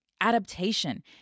adaptation